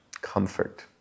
comfort